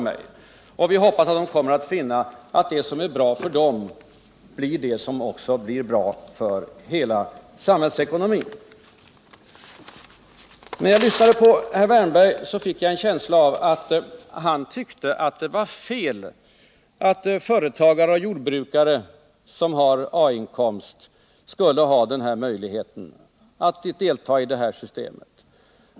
Vi hoppas att de kommer att finna att det som är bra för dem blir det som också är bra för hela samhällsekonomin. När jag lyssnade till herr Wärnberg fick jag en känsla av att han tyckte det var fel att företagare och jordbrukare med A-inkomst skulle ha möjlighet att delta i detta system.